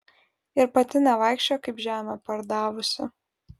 ir pati nevaikščiok kaip žemę pardavusi